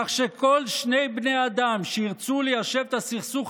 כך שכל שני בני אדם שירצו ליישב את הסכסוך